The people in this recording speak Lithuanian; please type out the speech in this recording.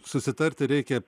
susitarti reikia